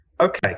Okay